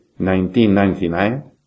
1999